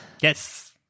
Yes